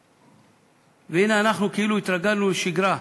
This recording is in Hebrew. והנה, אנחנו כאילו התרגלנו לשגרה: